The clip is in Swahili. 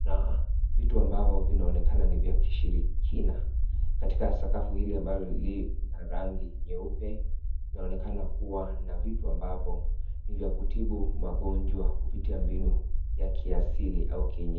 na vitu ambavo vinaonekana ni vya kishirikina , katika sakafu hili ambalo ni la rangi nyeupe linaonekana kuwa na vitu ambavo ni vya kutibu magonjwa kupitia mbinu ya kisaili au kienyeji.